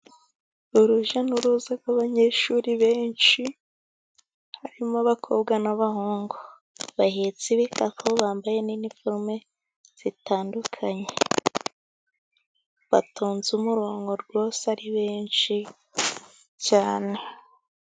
Urujya n'uruza rw'abanyeshuri benshi harimo abakobwa n'abahungu. Bahetse ibikapu bambaye n'iniforume zitandukanye. Batonze umurongo rwose ari benshi cyane.